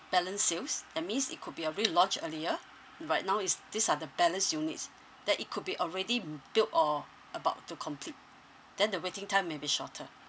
balance sales that means it could be already launched earlier but now is these are the balance units that it could be already built or about to complete then the waiting time may be shorter